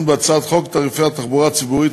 בהצעת חוק תעריפי התחבורה הציבורית,